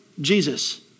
Jesus